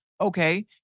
okay